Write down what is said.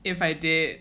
if I date